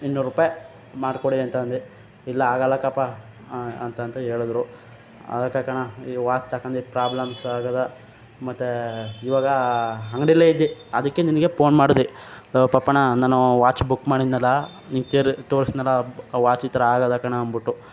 ಇನ್ನೂರು ರುಪಾಯಿ ಮಾಡ್ಕೊಡಿ ಅಂತಂದೆ ಇಲ್ಲ ಆಗಲ್ಲಕಪ್ಪ ಅಂತಂತ ಹೇಳಿದ್ರು ಅದಕ್ಕೆ ಕಣ ಈ ವಾಚ್ ತಗೊಂಡಿದ್ ಪ್ರಾಬ್ಲಮ್ಸಾಗದ ಮತ್ತು ಇವಗಾ ಅಂಗಡಿಲ್ಲೇ ಇದ್ದೆ ಅದಕ್ಕೆ ನಿನಗೆ ಪೋನ್ ಮಾಡಿದೆ ಲೊ ಪಾಪಣಾ ನಾನೂ ವಾಚ್ ಬುಕ್ ಮಾಡಿದ್ನಲಾ ನಿಂಕೆರ್ ತೋರ್ಸಿದ್ನಲ ಬ ಆ ವಾಚ್ ಈ ಥರ ಆಗಿದೆ ಕಣ ಅಂದ್ಬಿಟ್ಟು